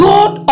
God